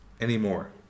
anymore